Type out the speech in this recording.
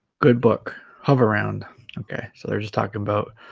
good book hoveround okay so they're just talking about